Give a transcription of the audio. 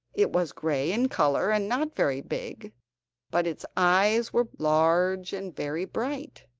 it was grey in colour, and not very big but its eyes were large and very bright,